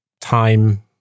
time